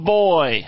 boy